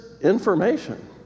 information